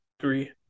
three